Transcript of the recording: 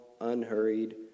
unhurried